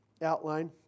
outline